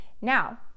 Now